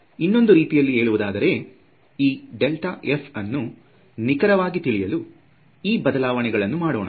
ಇನ್ನೊಂದು ರೀತಿಯಲ್ಲಿ ಹೇಳುವುದಾದರೆ ಈ ಡೆಲ್ಟಾ f ಅನ್ನು ನಿಖರವಾಗಿ ತಿಳಿಯಲು ಈ ಬದಲಾವಣೆಗಳನ್ನು ಮಾಡೋಣ